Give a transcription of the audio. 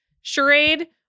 charade